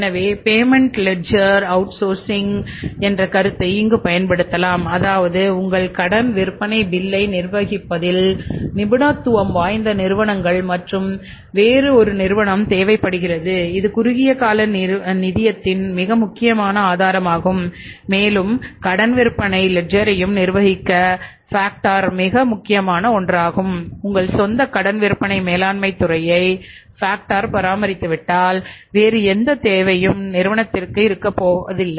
எனவே பேமெண்ட் லெட்ஜரின் அவுட்சோர்சிங் பராமரித்து விட்டால் வேறு என்ன தேவை நிறுவனத்திற்கு இருக்கப் போகிறது